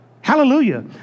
Hallelujah